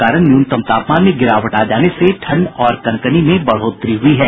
बारिश के कारण न्यूनतम तापमान में गिरावट आ जाने से ठंड और कनकनी में बढ़ोतरी हुई है